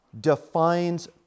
defines